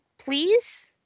Please